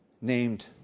named